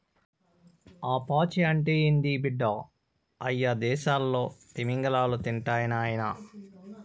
ఆ పాచి అంటే ఏంది బిడ్డ, అయ్యదేసాల్లో తిమింగలాలు తింటాయి నాయనా